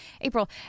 April